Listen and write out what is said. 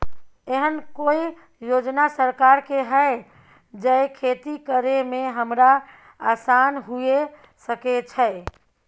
एहन कौय योजना सरकार के है जै खेती करे में हमरा आसान हुए सके छै?